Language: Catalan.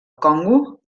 congo